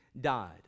died